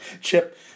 Chip